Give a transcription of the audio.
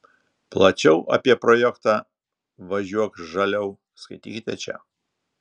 plačiau apie projektą važiuok žaliau skaitykite čia